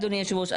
אדוני היושב ראש,